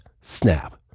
snap